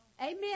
Amen